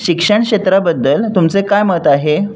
शिक्षण क्षेत्राबद्दल तुमचे काय मत आहे